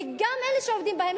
וגם אלה שעובדים בהם,